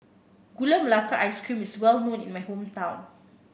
Gula Melaka Ice Cream is well known in my hometown